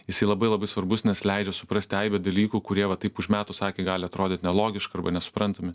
jisai labai labai svarbus nes leidžia suprasti aibę dalykų kurie va taip užmetus akį gali atrodyt nelogiška arba nesuprantami